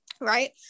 right